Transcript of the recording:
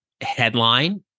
headline